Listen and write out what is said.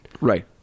Right